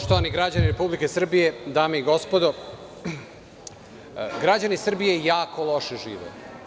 Poštovani građani Republike Srbije, dame i gospodo, građani Srbije jako loše žive.